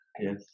yes